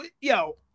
yo